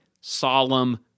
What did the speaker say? solemn